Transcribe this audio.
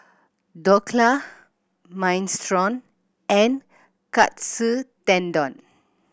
Dhokla Minestrone and Katsu Tendon